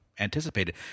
anticipated